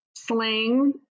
Slang